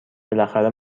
بالاخره